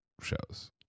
shows